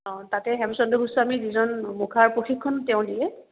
অঁ তাতে হেমচন্দ্ৰ গোস্বামী যিজন মুখাৰ প্ৰশিক্ষণ তেওঁ দিয়ে